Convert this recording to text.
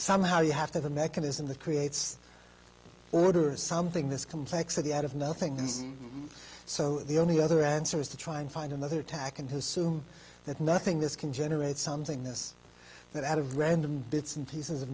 somehow you have to the mechanism that creates order something this complexity out of nothing so the only other answer is to try and find another tack and his soon that nothing this can generate something this that out of random bits and pieces of